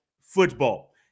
football